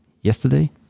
yesterday